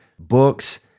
Books